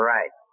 Right